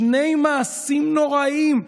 שני מעשים נוראיים,